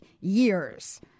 years